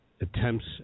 attempts